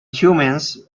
humans